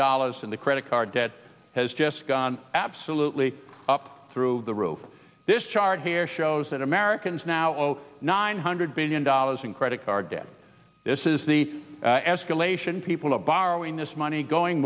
dollars and the credit card debt has just gone absolutely up through the roof this chart here shows that americans now oh nine hundred billion dollars in credit card debt this is the escalation people are borrowing this money going